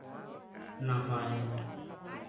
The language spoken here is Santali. ᱱᱟᱯᱟᱭ